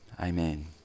Amen